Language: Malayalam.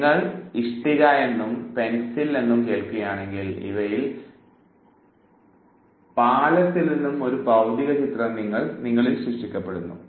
നിങ്ങൾ ഇഷ്ടിക എന്നും പെൻസിൽ എന്നും കേൾക്കുകയാണെങ്കിൽ ഇവയിൽ പാലത്തിൽ നിന്നും ഒരു ഭൌതികമായ ചിത്രം നിങ്ങളിൽ സൃഷ്ടിക്കപ്പെടുന്നു